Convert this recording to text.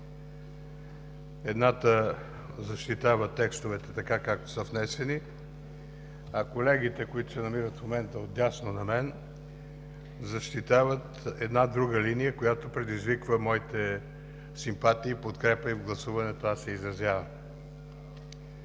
Едната защитава текстовете, както са внесени, а колегите, които в момента се намират отдясно на мен, защитават една друга линия, която предизвиква моите симпатии и подкрепа – в гласуването аз я изразявам.